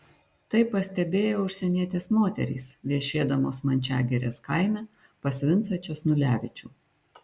tai pastebėjo užsienietės moterys viešėdamos mančiagirės kaime pas vincą česnulevičių